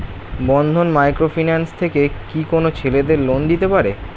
বন্ধন micro finance থেকে কি কোন ছেলেদের লোন দিতে পারে?